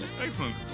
Excellent